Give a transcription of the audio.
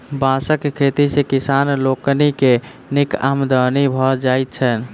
बाँसक खेती सॅ किसान लोकनि के नीक आमदनी भ जाइत छैन